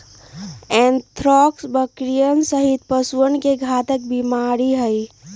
anthrax बकरियन सहित पशुअन के घातक बीमारी हई